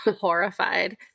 horrified